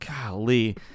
golly